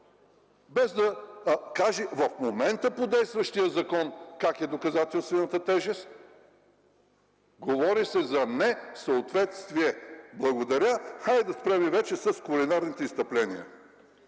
без да каже в момента как е по действащия закон доказателствената тежест. Говори се за несъответствие! Благодаря. Хайде да спрем вече с тези кулинарни изстъпления.